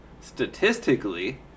statistically